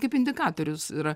kaip indikatorius yra